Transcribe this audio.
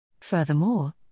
Furthermore